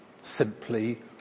simply